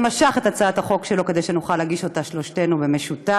שמשך את הצעת החוק שלו כדי שנוכל להגיש אותה שלושתנו במשותף.